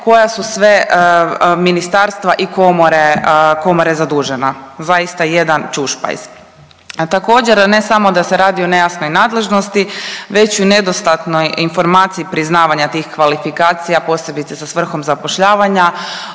koja su sve ministarstva i komore, komore zadužena. Zaista jedan čušpajz. Također ne samo da se radi o nejasnoj nadležnosti već i o nedostatnoj informaciji priznavanja tih kvalifikacija posebice sa svrhom zapošljavanja.